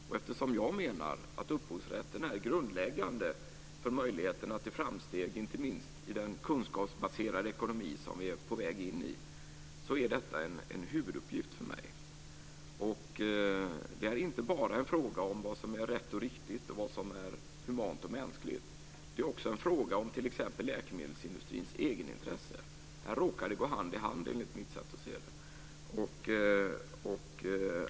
Och eftersom jag menar att upphovsrätten är grundläggande för möjligheterna till framsteg, inte minst i den kunskapsbaserade ekonomi som vi är på väg in i, så är detta en huvuduppgift för mig. Det är inte bara en fråga om vad som är rätt och riktigt och vad som är humant och mänskligt. Det är också en fråga om t.ex. läkemedelsindustrins egenintresse. Här råkar de gå hand i hand, enligt mitt sätt att se det.